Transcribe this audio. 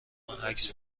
عکس